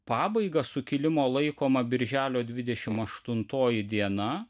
pabaiga sukilimo laikoma birželio dvidešimt aštuntoji diena